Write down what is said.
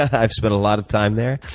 i've spent a lot of time there.